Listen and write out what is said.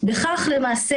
ובכך למעשה,